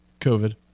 COVID